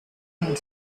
and